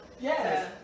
yes